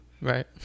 Right